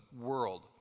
world